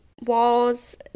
walls